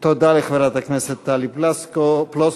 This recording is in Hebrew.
תודה לחברת הכנסת טלי פלוסקוב.